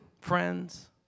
friends